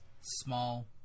small